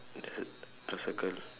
the a circle